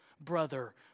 Brother